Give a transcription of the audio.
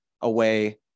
away